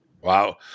Wow